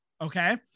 okay